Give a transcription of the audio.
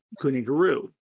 Kuniguru